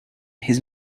his